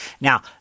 Now